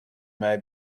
may